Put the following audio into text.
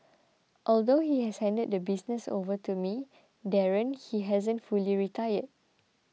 although he has handed the business over to me Darren he hasn't fully retired